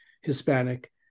Hispanic